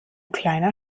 kleiner